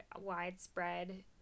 widespread